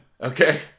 okay